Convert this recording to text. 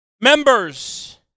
members